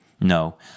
No